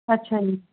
ਅੱਛਾ ਜੀ